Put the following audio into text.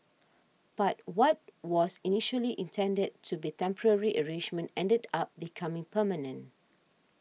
but what was initially intended to be temporary arrangement ended up becoming permanent